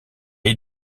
est